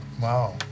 Wow